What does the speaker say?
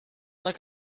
like